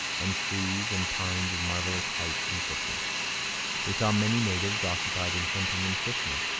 and trees and pines of marvellous height and thickness they saw many natives, occupied in hunting and fishing.